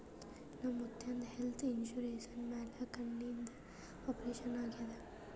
ನಮ್ ಮುತ್ಯಾಂದ್ health insurance ಮ್ಯಾಲ ಕಣ್ಣಿಂದ್ ಆಪರೇಷನ್ ಆಗ್ಯಾದ್